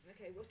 Okay